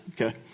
okay